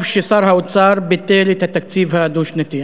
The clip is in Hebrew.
טוב ששר האוצר ביטל את התקציב הדו-שנתי.